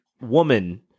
woman